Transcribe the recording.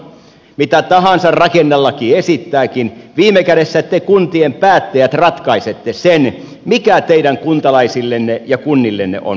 mitä tahansa rakennelaki esittääkin viime kädessä te kuntien päättäjät ratkaisette sen mikä teidän kuntalaisillenne ja kunnillenne on parasta